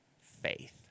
faith